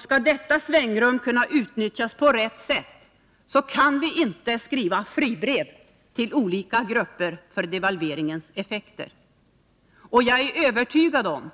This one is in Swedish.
Skall detta svängrum kunna utnyttjas på rätt sätt, kan vi inte skriva fribrev till olika grupper för devalveringens effekter. Och jag är övertygad om